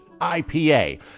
IPA